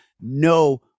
no